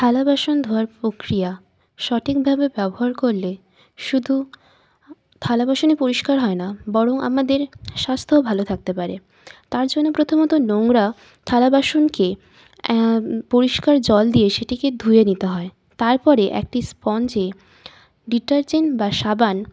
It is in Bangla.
থালা বাসন ধোয়ার প্রক্রিয়া সঠিকভাবে ব্যবহার করলে শুধু থালা বাসন পরিষ্কার হয় না বরং আমাদের স্বাস্থ্যও ভালো থাকতে পারে তার জন্য প্রথমত নোংরা থালা বাসনকে পরিষ্কার জল দিয়ে সেটিকে ধুয়ে নিতে হয় তারপরে একটি স্পঞ্জে ডিটারজেন্ট বা সাবান